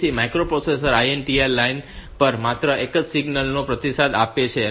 તેથી microprocessor INTR line પર માત્ર એક સિગ્નલ નો પ્રતિસાદ આપી શકે છે